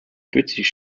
british